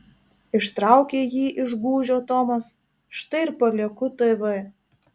ištraukė jį iš gūžio tomas štai ir palieku tv